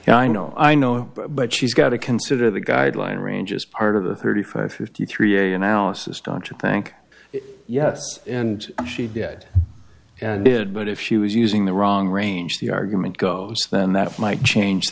and i know i know but she's got to consider the guideline ranges part of the thirty five fifty three a analysis dontcha think yes and she did and did but if she was using the wrong range the argument goes then that might change